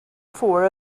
four